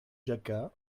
jacquat